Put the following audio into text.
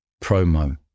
promo